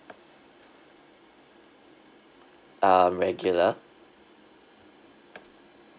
um regular